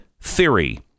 theory